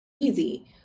easy